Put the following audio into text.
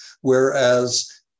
whereas